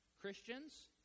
Christians